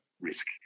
risk